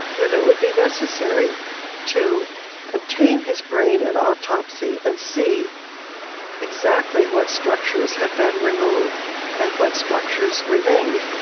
that it would be necessary to obtain his brain at autopsy and see exactly what structures had been removed and what structures remained,